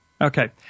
Okay